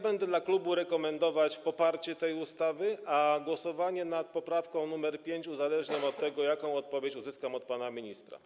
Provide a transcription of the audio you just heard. Będę w klubie rekomendować poparcie tej ustawy, a głosowanie nad poprawką nr 5 uzależniam od tego, jaką odpowiedź uzyskam od pana ministra.